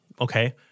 Okay